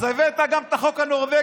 אז הבאת גם את החוק הנורווגי,